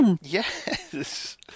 Yes